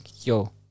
yo